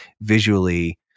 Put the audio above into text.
visually